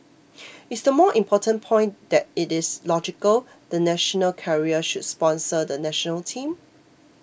is the more important point that it is logical the national carrier should sponsor the National Team